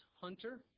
hunter